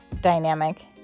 dynamic